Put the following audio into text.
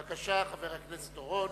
בבקשה, חבר הכנסת אורון.